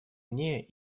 мне